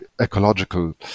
ecological